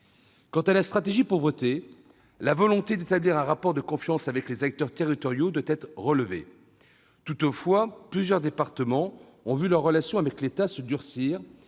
Quant à la stratégie Pauvreté, la volonté d'établir un rapport de confiance avec les acteurs territoriaux doit être relevée. Toutefois, plusieurs départements ont vu leurs relations avec l'État se durcir